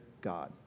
God